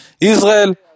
Israel